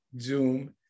Zoom